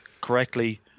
correctly